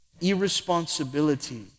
irresponsibility